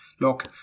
Look